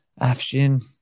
Afshin